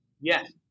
Yes